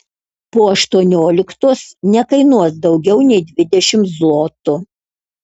po aštuonioliktos nekainuos daugiau nei dvidešimt zlotų